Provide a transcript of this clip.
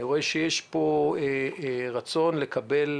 אני רואה שיש פה רצון לקבל